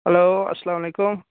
hello اَسلامُ علیکُم